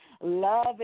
love